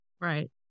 Right